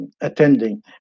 attending